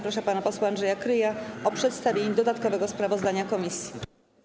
Proszę pana posła Andrzeja Kryja o przedstawienie dodatkowego sprawozdania komisji.